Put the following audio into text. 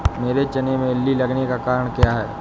मेरे चने में इल्ली लगने का कारण क्या है?